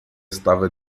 estava